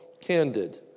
candid